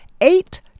eight